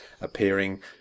appearing